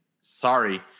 Sorry